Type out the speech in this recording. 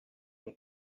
mon